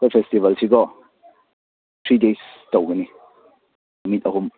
ꯑꯩꯈꯣꯏ ꯐꯦꯁꯇꯤꯚꯦꯜꯁꯤꯀꯣ ꯁꯤꯒꯩ ꯇꯧꯒꯅꯤ ꯅꯨꯃꯤꯠ ꯑꯍꯨꯝ